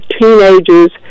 teenagers